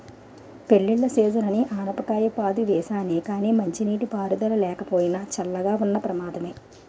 పెళ్ళిళ్ళ సీజనని ఆనపకాయ పాదులు వేసానే గానీ మంచినీటి పారుదల లేకపోయినా, చల్లగా ఉన్న ప్రమాదమే